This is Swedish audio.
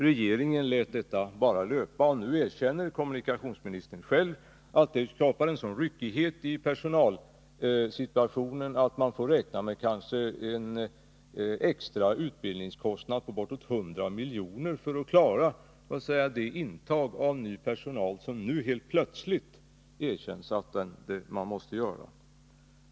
Regeringen lät det bara löpa, och nu erkänner kommunikationsministern själv att detta har skapat en sådan ryckighet i personalsituationen att man kanske får räkna med en extra utbildningskostnad på bortåt 100 milj.kr. för att klara det intag av ny personal som man nu helt plötsligt erkänt behov av.